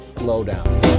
Lowdown